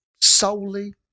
solely